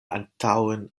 antaŭen